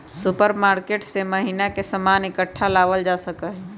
supermarket से महीना के सामान इकट्ठा लावल जा सका हई